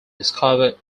discovered